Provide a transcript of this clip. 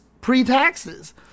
pre-taxes